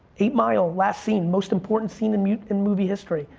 eight mile last scene, most important scene in movie in movie history,